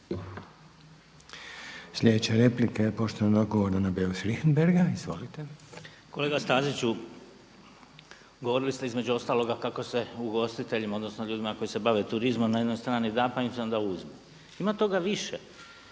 Sljedeća replika je poštovanog Gordana Beusa Richembergha. Izvolite. **Beus Richembergh, Goran (HNS)** Kolega Staziću, govorili ste između ostaloga kako se ugostiteljima, odnosno ljudima koji se bave turizmom na jednoj strani da, pa onda uzmu. Ima toga više.